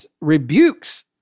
rebukes